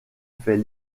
fait